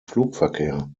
flugverkehr